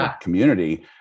community